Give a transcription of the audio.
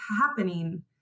happening